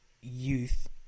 youth